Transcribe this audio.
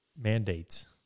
mandates